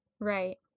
right